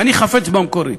אני חפץ במקורית,